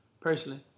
Personally